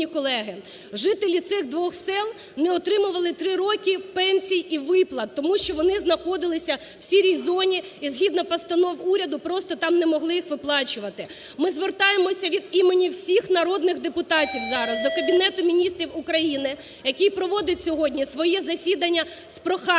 жителі цих двох сіл не отримували три роки пенсій і виплат, тому що вони знаходилися в "сірій зоні", і згідно постанов уряду там просто не могли їх виплачувати. Ми звертаємося від імені всіх народних депутатів зараз до Кабінету Міністрів України, який проводить сьогодні своє засідання з проханням